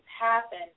happen